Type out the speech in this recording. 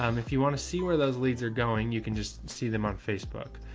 um if you want to see where those leads are going, you can just see them on facebook.